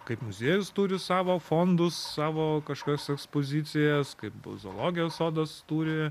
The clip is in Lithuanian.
kaip muziejus turi savo fondus savo kažkokias ekspozicijas kaip bus zoologijos sodas turi